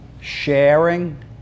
sharing